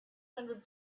hundred